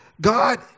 God